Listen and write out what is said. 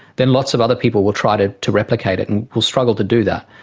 then lots of other people will try to to replicate it and will struggle to do that.